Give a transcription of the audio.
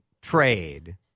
trade